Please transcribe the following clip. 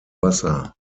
wasser